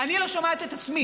אני לא שומעת את עצמי.